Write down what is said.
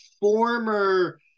former